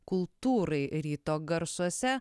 kultūrai ryto garsuose